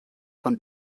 von